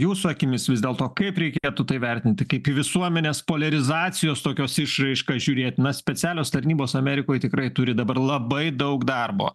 jūsų akimis vis dėlto kaip reikėtų tai vertinti kaip į visuomenės poliarizacijos tokios išraišką žiūrėtina specialios tarnybos amerikoj tikrai turi dabar labai daug darbo